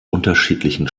unterschiedlichen